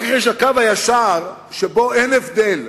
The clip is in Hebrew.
הקו הישר שבו אין הבדל,